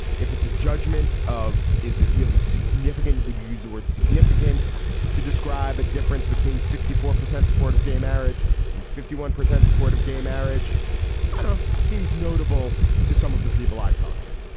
if it's a judgment of is it really significant. would you use the word significant to describe a difference between sixty four percent support of gay marriage and fifty one percent support of gay marriage. it you know seems notable to some of the people i talked to.